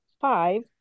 five